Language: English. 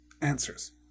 answers